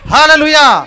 Hallelujah